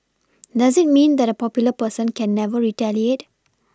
does it mean that a popular person can never retaliate